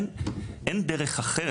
אין דרך אחרת,